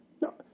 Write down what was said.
No